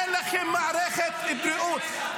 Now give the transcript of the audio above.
אין לכם מערכת בריאות.